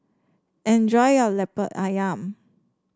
enjoy your Lemper ayam